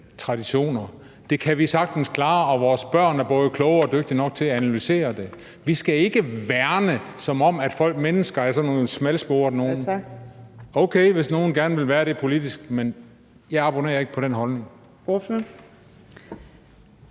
traditioner. Det kan vi sagtens klare, og vores børn er både kloge og dygtige nok til at analysere det. Vi skal ikke værne om det, som om mennesker er sådan nogle smalsporede nogle. Okay, nogle vil gerne være det politisk – men jeg abonnerer ikke på den holdning.